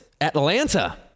Atlanta